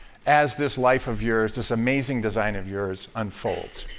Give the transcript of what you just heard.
as this life of yours, this amazing design of yours, unfolds.